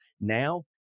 now